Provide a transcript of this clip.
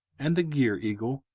and the gier eagle,